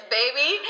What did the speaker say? baby